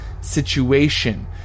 situation